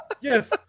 Yes